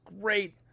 great